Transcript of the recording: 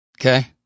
Okay